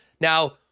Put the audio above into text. now